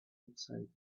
exciting